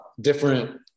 different